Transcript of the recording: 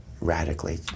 radically